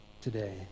today